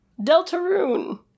Deltarune